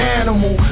animal